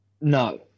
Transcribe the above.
No